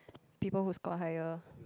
people who score higher